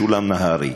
משולם נהרי,